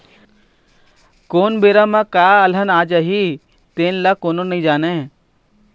कोन बेरा म का अलहन आ जाही तेन ल कोनो नइ जानय